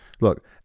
look